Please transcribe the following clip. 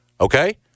okay